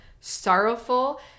sorrowful